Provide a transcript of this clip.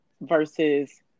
versus